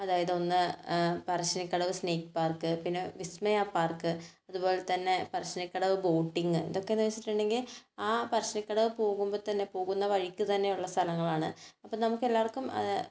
അതായത് ഒന്ന് Parassinikadavu snake park പിന്നെ വിസ്മയ പാർക്ക് അതുപോലെ തന്നെ പരശ്ശിനിക്കടവ് ബോട്ടിംഗ് ഇതൊക്കെയെന്ന് വെച്ചിട്ടുണ്ടെങ്കിൽ ആ പരശ്ശിനിക്കടവ് പോകുമ്പോൾ തന്നെ പോകുന്ന വഴിക്ക് തന്നെ ഉള്ള സ്ഥലങ്ങളാണ് അപ്പോൾ നമുക്ക് എല്ലാവർക്കും